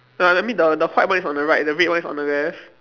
uh I mean the the white one is on the right the red one is on the left